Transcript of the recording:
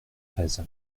treize